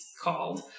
called